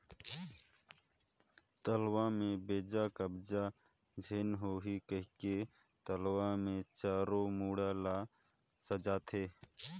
तलवा में बेजा कब्जा झेन होहि कहिके तलवा मे चारों मुड़ा ल सजाथें